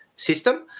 system